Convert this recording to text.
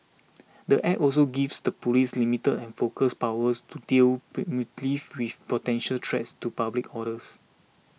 Square Peg also gives the police limited and focused powers to deal preemptively with potential threats to public orders